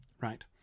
right